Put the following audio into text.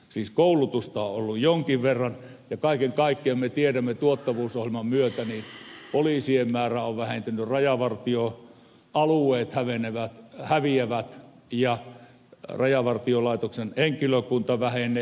siis koulutusta on ollut jonkin verran ja kaiken kaikkiaan me tiedämme että tuottavuusohjelman myötä poliisien määrä on vähentynyt rajavartioalueet häviävät ja rajavartiolaitoksen henkilökunta vähenee